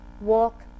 Walk